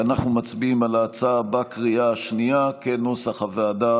אנחנו מצביעים על ההצעה בקריאה השנייה כנוסח הוועדה,